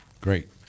Great